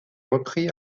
repris